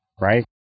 right